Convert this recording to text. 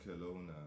Kelowna